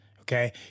Okay